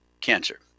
cancer